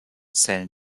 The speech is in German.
zählen